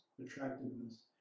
attractiveness